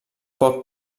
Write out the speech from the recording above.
poc